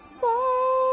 say